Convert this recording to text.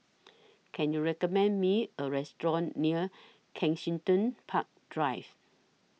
Can YOU recommend Me A Restaurant near Kensington Park Drive